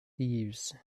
thieves